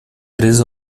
três